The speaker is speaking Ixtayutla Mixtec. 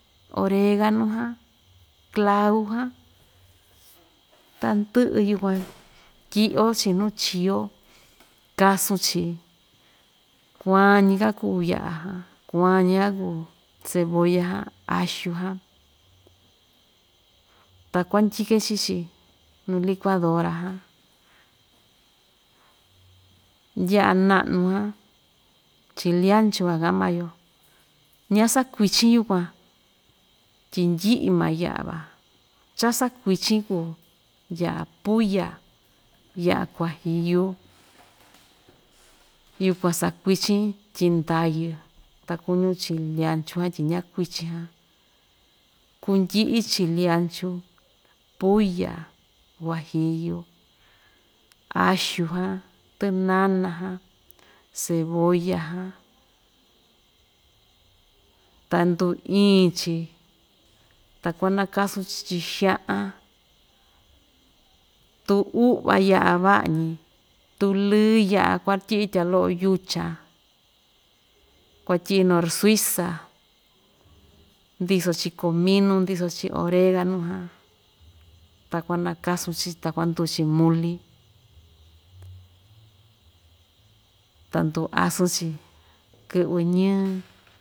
Oreganu jan, clau jan tandɨ'ɨ yukuan tyi'yochi nuu chiyo, kasunchi kuan‑ñika kuu ya'a jan kuan‑ñika kuu cebolla jan, axu jan ta kuandyi‑ke chi‑chi nu licuadora jan ya'a na'nu jan, chili ancho va ka'an maa‑yo, ña‑sakuichin yukuan tyi ndyi'i maa ya'a va cha‑sakuichin kuu ya'a pulla ya'a kuajillu, yukuan sakuichin tyi ndayɨ ta kuñun chili anchu jan tyi ñakuichin jan kundyi'i chili anchu, pulla, guajillu, axu jan, tɨnana jan, cebolla jan, ta nduu iin‑chi ta kuanakasun‑chi chi'in xa'an tu u'va ya'a va'a‑ñi, tu lɨɨ ya'a kuatyi'i tya lo'o yuchan, kuatyi'i norsuiza ndɨso‑chi cominu, ndiso‑chi oreganu jan, ta kuanakasun‑chi ta kuanduu‑chi muli, ta nduu asɨn‑chi kɨ'vɨ ñɨɨ.